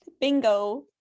bingo